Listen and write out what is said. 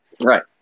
right